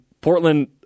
Portland